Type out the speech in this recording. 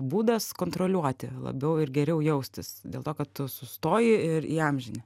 būdas kontroliuoti labiau ir geriau jaustis dėl to kad tu sustoji ir įamžini